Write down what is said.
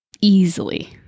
easily